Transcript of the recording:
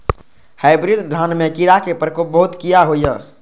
Hybrid धान में कीरा के प्रकोप बहुत किया होया?